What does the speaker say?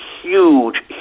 huge